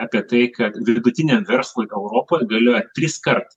apie tai kad vidutiniam verslui europoje galioja triskart